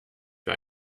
für